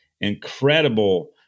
incredible